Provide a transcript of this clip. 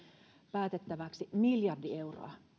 päätettäväksi miljardi euroa